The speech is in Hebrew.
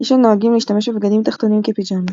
יש הנוהגים להשתמש בבגדים תחתונים כפיג'מה.